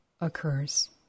occurs